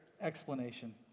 explanation